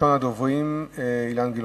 ראשון הדוברים, חבר